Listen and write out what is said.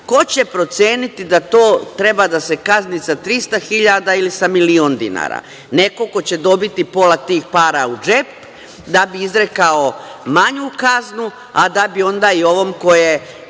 ko će proceniti da treba da se kazni sa 300 hiljada ili sa milion dinara? Neko ko će dobiti pola tih para u džep, da bi izrekao manju kaznu, a da bi onda i ovom ko